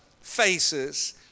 faces